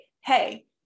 Hey